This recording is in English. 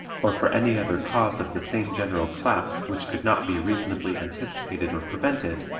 or for any other cause of the same general class which could not be reasonably anticipated or prevented,